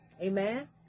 amen